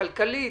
כלכלית,